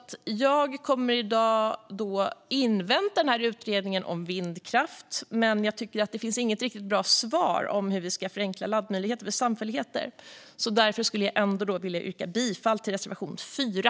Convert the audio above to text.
Jag kommer att invänta utredningen om vindkraft, men jag tycker inte att det finns något riktigt bra svar på hur vi ska förenkla laddmöjligheter för samfälligheter. Jag vill därför yrka bifall till reservation 4.